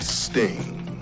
sting